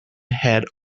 had